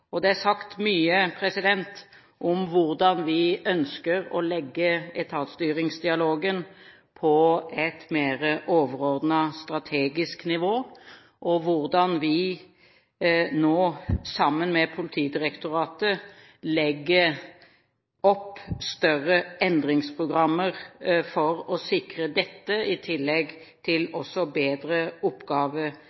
Det er sagt mye om hvordan vi ønsker å legge etatsstyringsdialogen på et mer overordnet strategisk nivå og hvordan vi nå, sammen med Politidirektoratet, legger opp større endringsprogrammer for å sikre dette i tillegg til